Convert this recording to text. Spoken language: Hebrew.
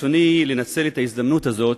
ברצוני לנצל את ההזדמנות הזאת